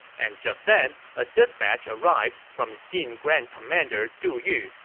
and just then, a dispatch arrived from the jin grand commander du yu,